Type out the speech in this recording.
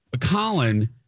Colin